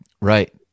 Right